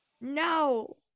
No